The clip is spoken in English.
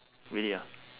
really ah